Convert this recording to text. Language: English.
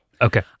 Okay